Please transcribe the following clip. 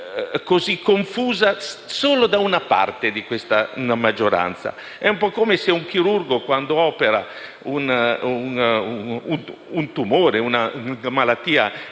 e confusa solo da una parte di questa maggioranza. È un po' come se un chirurgo che opera un tumore o una malattia